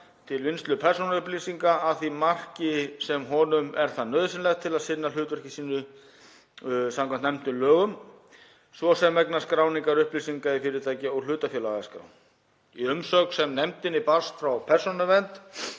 til vinnslu persónuupplýsinga að því marki sem honum er það nauðsynlegt til að sinna hlutverki sínu samkvæmt nefndum lögum, svo sem vegna skráningar upplýsinga í fyrirtækja- og hlutafélagaskrá. Í umsögn sem nefndinni barst frá Persónuvernd